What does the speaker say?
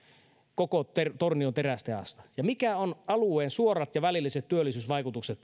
koko tornion terästehdasta mitkä tällä ovat alueen suorat ja välilliset työllisyysvaikutukset